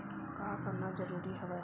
का करना जरूरी हवय?